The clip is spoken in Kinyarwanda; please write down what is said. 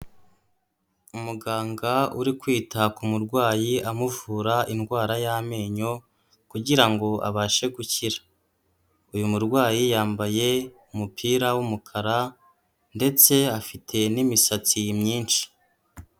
Umuganga uri kwita ku murwayi amuvura indwara y'amenyo kugira ngo abashe gukira. Uyu murwayi yambaye umupira w'umukara ndetse afite n'imisatsi myinshi.